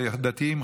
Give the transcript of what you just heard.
דתיים,